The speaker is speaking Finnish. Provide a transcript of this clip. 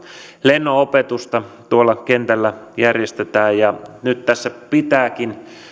lennonopetusta tuolla kentällä järjestetään nyt tässä pitääkin